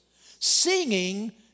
singing